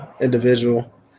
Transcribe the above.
individual